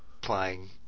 playing